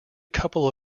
couple